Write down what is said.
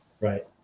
Right